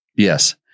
Yes